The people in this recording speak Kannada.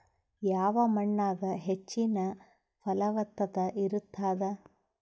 ಯಾವ ಮಣ್ಣಾಗ ಹೆಚ್ಚಿನ ಫಲವತ್ತತ ಇರತ್ತಾದ?